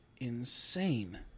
insane